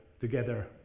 together